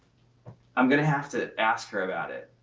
i'm gonna have to ask her about it,